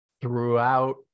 throughout